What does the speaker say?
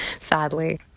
sadly